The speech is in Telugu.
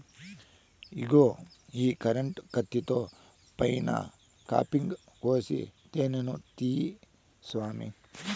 ఇగో ఈ కరెంటు కత్తితో పైన కాపింగ్ కోసి తేనే తీయి సామీ